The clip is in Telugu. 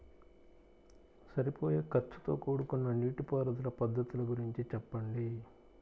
సరిపోయే ఖర్చుతో కూడుకున్న నీటిపారుదల పద్ధతుల గురించి చెప్పండి?